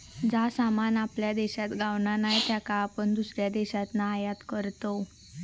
जा सामान आपल्या देशात गावणा नाय त्याका आपण दुसऱ्या देशातना आयात करतव